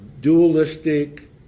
dualistic